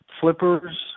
Flippers